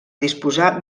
disposar